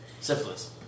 Syphilis